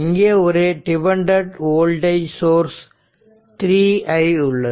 இங்கே ஒரு dependent voltage source 3i உள்ளது